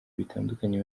bitandukanye